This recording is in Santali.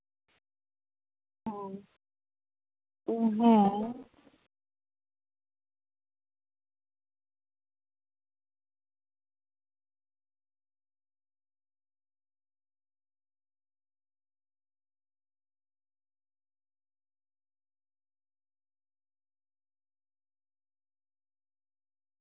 ᱦᱩᱸ ᱦᱮᱸ